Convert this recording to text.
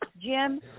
Jim